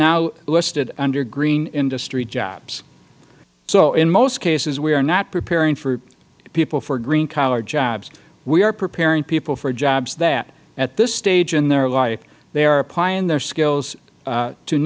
now listed under green industry jobs so in most cases we are not preparing people for green collar jobs we are preparing people for jobs that at this stage in their life they are applying their skills